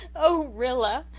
oh, rilla,